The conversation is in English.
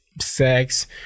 sex